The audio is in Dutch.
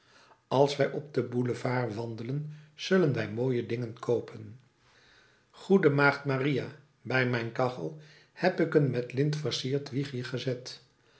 als wij op den boulevard wandelen zullen wij mooie dingen koopen goede maagd maria bij mijn kachel heb ik een met lint versierd wiegje gezet